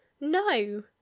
no